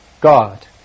God